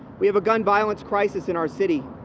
we have a gun violence crisis in our city.